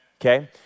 okay